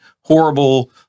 horrible